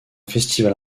festival